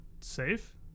safe